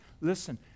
Listen